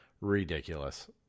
Ridiculous